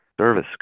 service